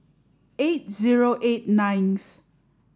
eight zero eight ninth